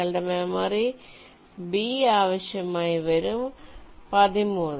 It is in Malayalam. നിങ്ങളുടെ മെമ്മറി B ആവശ്യമായി വരും 13